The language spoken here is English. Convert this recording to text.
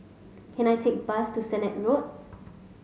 can I take bus to Sennett Road